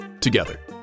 together